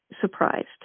surprised